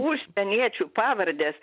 užsieniečių pavardės